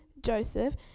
Joseph